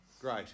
Great